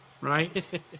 right